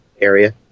area